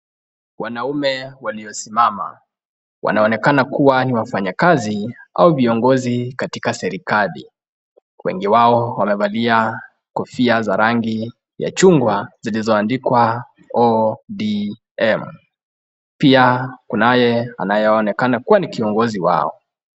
Wanaume waliosimama wanaonekana kuwa ni wafanyikazi au viongozi katika serikali, wengi wao wamevalia kofia ya rangi ya chungwa, zilizoandikwa ODM pia kunaye anayeonekana kuwa ni kiongozi wao.